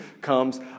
comes